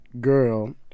girl